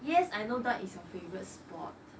yes I know dart is your favourite spot